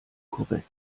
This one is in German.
korrekt